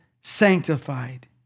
sanctified